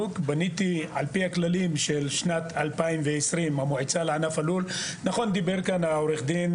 בניתי לפי הכללים של שנת 2020. דיבר כאן העורך דין